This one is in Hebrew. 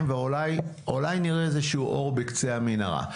ואולי אולי נראה איזשהו אור בקצה המנהרה.